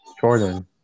Jordan